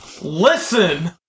Listen